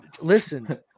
listen